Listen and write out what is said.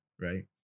right